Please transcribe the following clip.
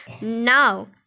Now